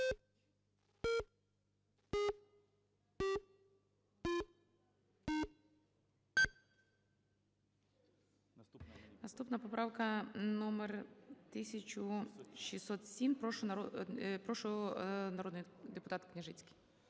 Наступна поправка - номер 1608. Прошу, народний депутат Подоляк.